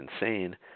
insane